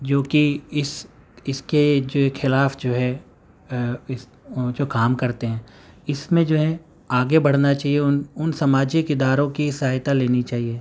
جوکہ اس اس کے جو یہ خلاف جو ہے اس جو کام کرتے ہیں اس میں جو ہے آگے بڑھنا چاہیے ان ان سماجک اداروں کی سہایتا لینی چاہیے